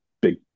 big